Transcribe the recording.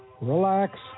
relax